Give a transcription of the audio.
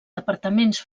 departaments